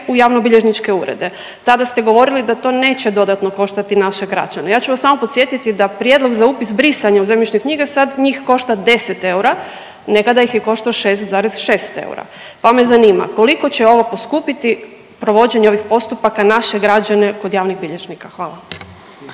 u javnobilježničke urede. Tada ste govorili da to neće dodatno koštati naše građane. Ja ću vas samo podsjetiti da prijedlog za upis brisanja u zemljišne knjige sad njih košta 10 eura, nekada ih je koštao 6,6 eura pa me zanima, koliko će ovo poskupiti, provođenje ovih postupaka, naše građane kod javnih bilježnika? Hvala.